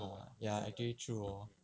ah ya actually true hor